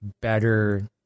better